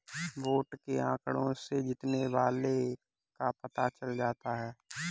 vote के आंकड़ों से जीतने वाले का पता चल जाता है